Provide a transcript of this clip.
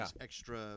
extra